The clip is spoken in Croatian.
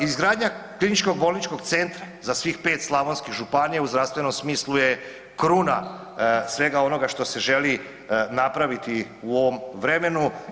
Izgradnja kliničkog bolničkog centra za svih 5 slavonskih županija u zdravstvenom smislu je kruna svega onoga što se želi napraviti u ovom vremenu.